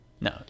no